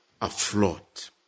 afloat